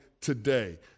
today